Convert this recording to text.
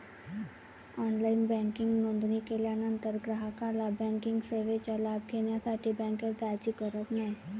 online banking नोंदणी केल्यानंतर ग्राहकाला बँकिंग सेवेचा लाभ घेण्यासाठी बँकेत जाण्याची गरज नाही